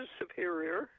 superior